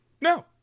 no